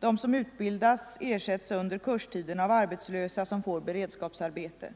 De som utbildas ersätts under kurstiden av arbetslösa som får beredskapsarbete.